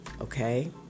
Okay